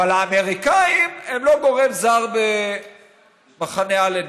אבל האמריקאים הם לא גורם זר במחנה אלנבי.